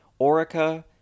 Orica